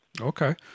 Okay